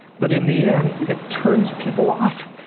but in the end, it turns people off.